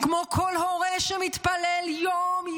כמו כל הורה שמתפלל יום-יום,